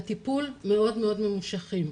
להגיע ליחידה להתפתחות הילד זה מקום לא סטיגמטי,